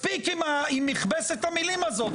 מספיק עם מכבסת המילים הזאת.